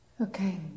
okay